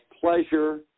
pleasure